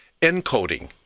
encoding